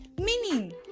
meaning